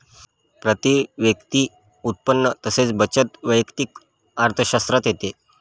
प्रती व्यक्ती उत्पन्न तसेच बचत वैयक्तिक अर्थशास्त्रात येते